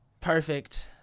Perfect